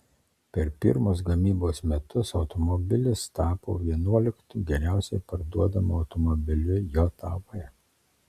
per pirmus gamybos metus automobilis tapo vienuoliktu geriausiai parduodamu automobiliu jav